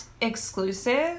exclusive